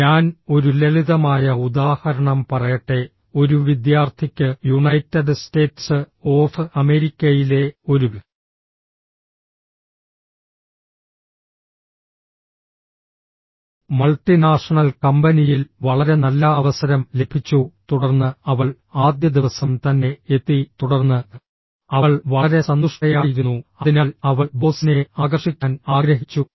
ഞാൻ ഒരു ലളിതമായ ഉദാഹരണം പറയട്ടെ ഒരു വിദ്യാർത്ഥിക്ക് യുണൈറ്റഡ് സ്റ്റേറ്റ്സ് ഓഫ് അമേരിക്കയിലെ ഒരു മൾട്ടിനാഷണൽ കമ്പനിയിൽ വളരെ നല്ല അവസരം ലഭിച്ചു തുടർന്ന് അവൾ ആദ്യ ദിവസം തന്നെ എത്തി തുടർന്ന് അവൾ വളരെ സന്തുഷ്ടയായിരുന്നു അതിനാൽ അവൾ ബോസിനെ ആകർഷിക്കാൻ ആഗ്രഹിച്ചു